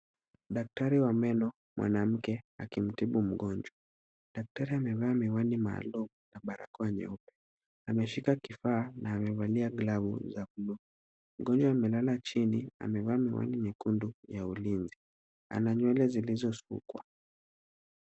Daktari wa meno mwanamke akimtibu mgonjwa, daktari amevaa miwani maalum na barakoa nyeupe. Ameshika kifaa na amevalia glavu za bluu. Mgonjwa amelala chini amevaa miwani nyekundu ya ulinzi, ana nywele zilizosukwa.